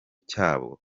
cy’abo